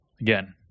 again